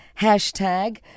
hashtag